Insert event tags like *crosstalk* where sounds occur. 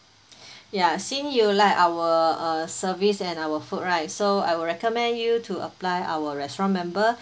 *breath* ya since you like our uh service and our food right so I will recommend you to apply our restaurant member